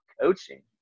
coaching